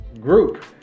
group